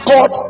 God